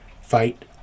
fight